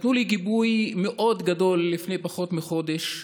נתנו לי גיבוי מאוד גדול לפני פחות מחודש: